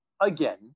again